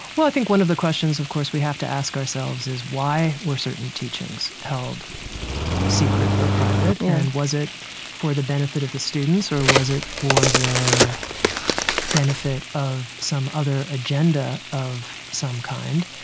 well, i think one of the questions, of course, we have to ask ourselves is why were certain teachings held secret or private yeah and was it for the benefit of the students or was it for the benefit of some other agenda of some kind.